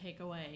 takeaway